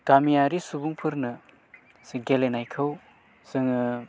गामियारि सुबुंफोरनो जि गेलेनायखौ जोङो